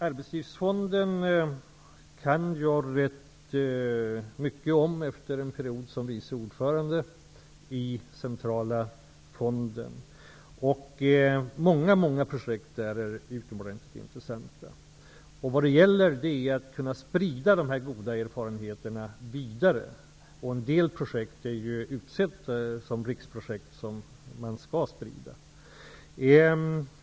Arbetslivsfonden kan jag ganska mycket om efter en period som vice ordförande i den centrala fonden. Många projekt där är utomordentligt intressanta. Det gäller att kunna sprida dessa goda erfarenheter vidare. En del projekt är ju utsedda som riksprojekt som skall spridas.